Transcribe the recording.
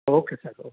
okay sir okay